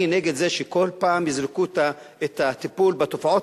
אני נגד זה שכל פעם יזרקו את הטיפול בתופעות